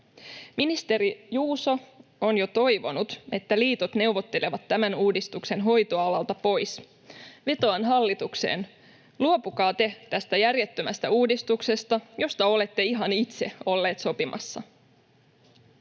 Ministeri Juuso on jo toivonut, että liitot neuvottelevat tämän uudistuksen hoitoalalta pois. Vetoan hallitukseen: luopukaa te tästä järjettömästä uudistuksesta, josta olette ihan itse olleet sopimassa.